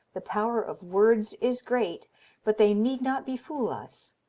the power of words is great but they need not befool us.